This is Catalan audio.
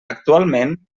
actualment